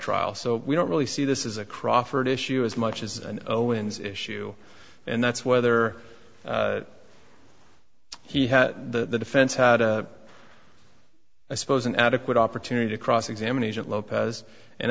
trial so we don't really see this is a crawford issue as much as an owens issue and that's whether he had the defense had a i suppose an adequate opportunity to cross examination